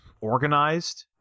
organized